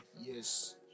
Yes